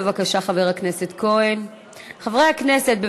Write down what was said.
בבקשה, חבר הכנסת כהן.